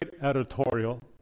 editorial